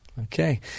okay